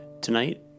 Tonight